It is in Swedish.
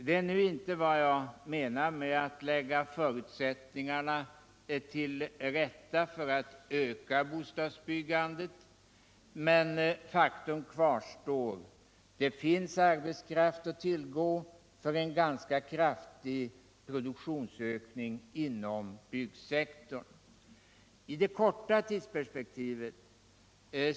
Det är nu inte vad jag menar med att lägga förutsättningarna till rätta för att öka bostadsbyggandet, men faktum kvarstår: det finns arbetskraft att tillgå för en ganska kraftig produktionsökning inom byggsektorn. I det korta tidsperspektivet.